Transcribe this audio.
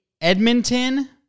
Edmonton